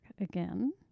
again